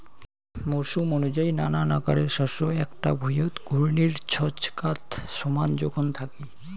মরসুম অনুযায়ী নানান আকারের শস্য এ্যাকটা ভুঁইয়ত ঘূর্ণির ছচকাত সমান জোখন থাকি